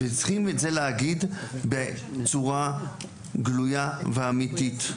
וצריכים את זה להגיד בצורה גלויה ואמיתית.